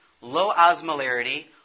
low-osmolarity